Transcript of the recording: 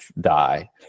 die